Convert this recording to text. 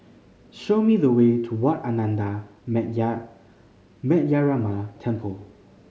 show me the way to Wat Ananda Metyarama Temple